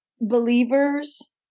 believers